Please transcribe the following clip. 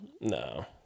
No